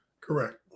Correct